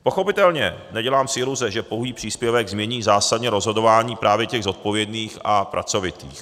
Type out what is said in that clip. Pochopitelně si nedělám iluze, že pouhý příspěvek změní zásadně rozhodování právě těch zodpovědných a pracovitých.